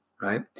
right